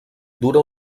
dura